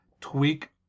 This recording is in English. tweak